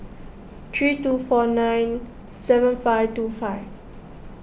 three two four nine seven five two five